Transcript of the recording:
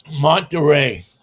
Monterey